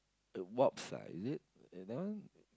the Wasp ah is it th~ that one